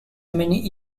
many